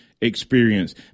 experience